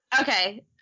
Okay